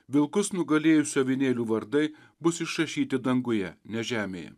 vilkus nugalėjusių avinėlių vardai bus išrašyti danguje ne žemėje